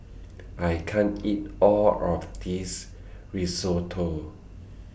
I can't eat All of This Risotto